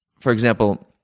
for example,